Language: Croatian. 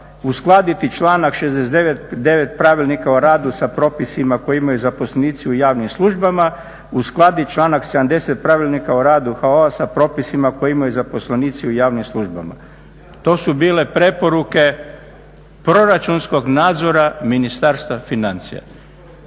uskladiti članak 69. Pravilnika o radu sa propisima koje imaju zaposlenici u javnim službama, uskladiti članak 70. Pravilnika o radu HAO-a sa propisima koje imaju zaposlenici u javnim službama. To su bile preporuke proračunskog nadzora Ministarstva financija.